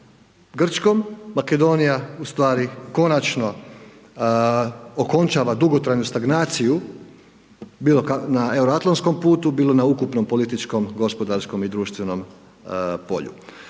Grčkom, Makedonija ustvari konačno okončava dugotrajnu stagnaciju bilo na euroatlantskom putu, bilo na ukupnom političkom, gospodarskom i društvenom polju.